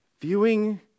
Viewing